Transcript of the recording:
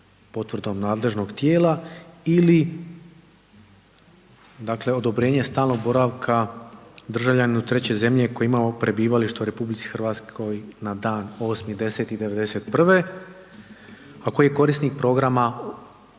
potvrdom nadležnog tijela ili odobrenje stalnog boravka državljaninu treće zemlje koji je imao prebivalište u RH na dan 8.10.'91., a koji je korisnik programa